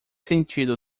sentido